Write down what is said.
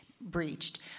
breached